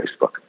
Facebook